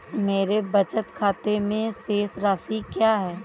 मेरे बचत खाते में शेष राशि क्या है?